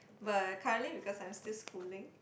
but currently because I'm still schooling